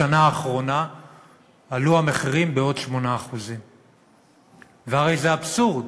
בשנה האחרונה עלו המחירים בעוד 8%. והרי זה אבסורד,